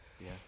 yes